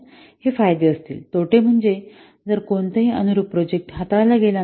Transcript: हे फायदे असतील तोटे म्हणजे जर कोणताही अनुरूप प्रोजेक्ट हाताळला गेला नसेल